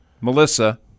Melissa